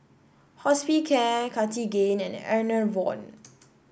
Hospicare Cartigain and Enervon